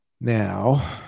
Now